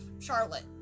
Charlotte